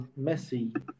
Messi